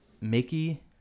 Mickey